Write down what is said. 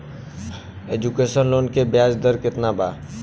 Education loan के ब्याज दर केतना बा?